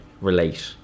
relate